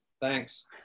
Thanks